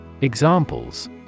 Examples